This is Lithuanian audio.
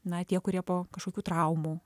na tie kurie po kažkokių traumų